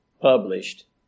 published